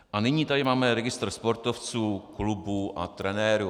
A nyní tady máme registr sportovců, klubů a trenérů.